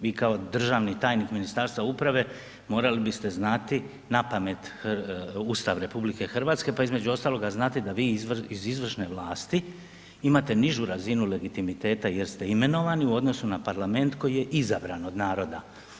Vi kao državni tajnik Ministarstva uprave morali biste znati napamet Ustav RH, pa između ostaloga znate da vi iz izvršne vlasti imate nižu razinu legitimiteta jer ste imenovani u odnosu na parlament koji je izabran od naroda.